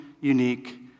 unique